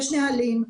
יש נוהלים,